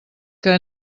que